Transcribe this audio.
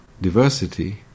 diversity